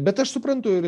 bet aš suprantu ir